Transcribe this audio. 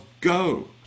go